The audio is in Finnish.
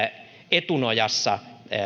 etunojassa